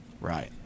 Right